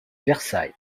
versailles